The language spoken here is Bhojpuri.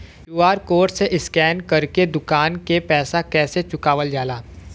क्यू.आर कोड से स्कैन कर के दुकान के पैसा कैसे चुकावल जाला?